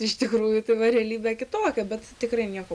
iš tikrųjų va realybė kitokia bet tikrai nieko